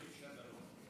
איש הדרום.